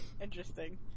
Interesting